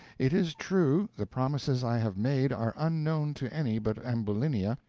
it is true, the promises i have made are unknown to any but ambulinia,